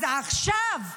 אז עכשיו,